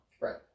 Right